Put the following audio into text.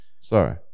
Sorry